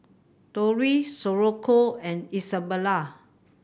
Tori Socorro and Isabelle